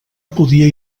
podia